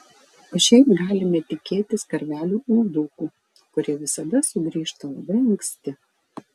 o šiaip galime tikėtis karvelių uldukų kurie visada sugrįžta labai anksti